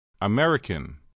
American